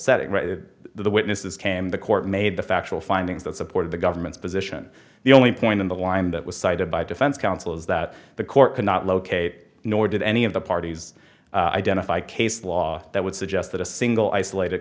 setting the witnesses came the court made the factual findings that supported the government's position the only point in the line that was cited by defense counsel is that the court cannot locate nor did any of the parties identify case law that would suggest that a single isolated